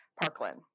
Parkland